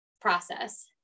process